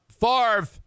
Favre